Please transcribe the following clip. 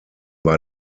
war